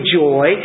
joy